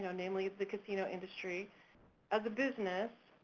namely the casino industry as a business,